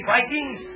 Vikings